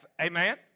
Amen